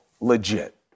legit